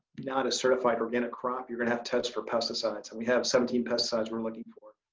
not a certified organic crop, you're gonna have test for pesticides and we have seventeen pesticides we're looking for.